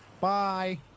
Bye